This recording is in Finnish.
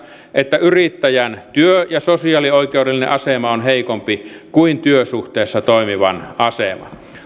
että yrittäjän työ ja sosiaalioikeudellinen asema on heikompi kuin työsuhteessa toimivan asema suomessa